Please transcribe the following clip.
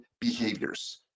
behaviors